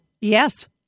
Yes